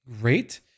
great